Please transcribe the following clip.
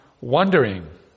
wondering